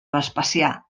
vespasià